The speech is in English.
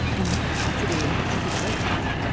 and the capacity to be grateful